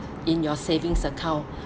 in your savings account